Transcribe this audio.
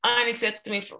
unacceptable